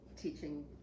teaching